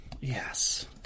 Yes